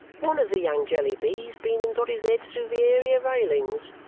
one of the young jellybys been and got his head through the area railings!